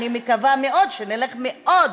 אני מקווה מאוד שנלך מאוד